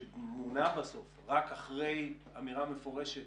שמונה בסוף רק אחרי אמירה מפורשת